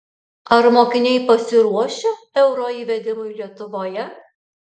ar mokiniai pasiruošę euro įvedimui lietuvoje